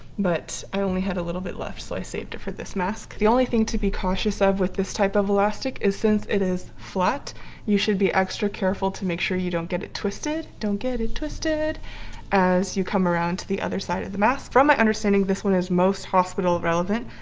but i only had a little bit left so i saved it for this mask the only thing to be cautious of with this type of elastic is since it is flat you should be extra careful to make sure you don't get it twisted don't get it twisted as you come around to the other side of the mask. from my understanding this one is most hospital relevant,